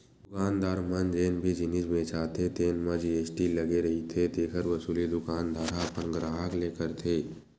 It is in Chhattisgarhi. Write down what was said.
दुकान मन म जेन भी जिनिस बेचाथे तेन म जी.एस.टी टेक्स लगे रहिथे तेखर वसूली दुकानदार ह अपन गराहक ले करथे